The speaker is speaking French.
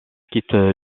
quittent